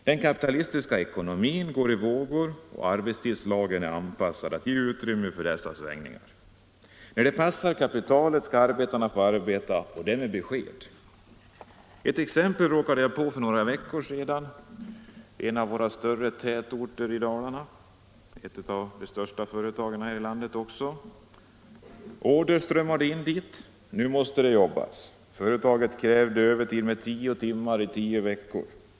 Den kapitalistiska ekonomin går i vågor, och ar = gor betstidslagen är anpassad till att ge utrymme för dessa svängningar. När det passar kapitalet skall arbetarna få arbeta, och det med besked. Ett exempel råkade jag på för några veckor sedan i en av våra större tätorter i Dalarna. Det gällde ett av de största företagen här i landet. Order strömmade in. Nu måste det jobbas. Företaget krävde övertid med tio timmar i tio veckor.